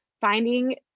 Finding